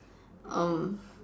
um